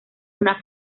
una